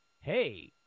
hey